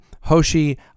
Hoshi